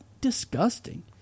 Disgusting